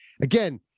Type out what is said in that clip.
again